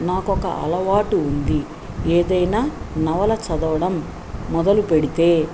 నాకొక అలవాటు ఉంది ఏదైనా నవల చదవడం మొదలు పెడితే